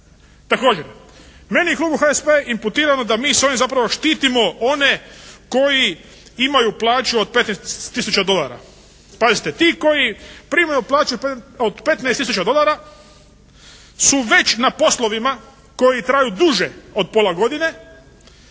Također je meni i klubu HSP-a imputirano da mi sa ovim zapravo štitimo one koji imaju plažu od 15 tisuća dolara. Pazite. Ti koji primaju plaću od 15 tisuća dolara su već na poslovima koji traju duže od pola godine,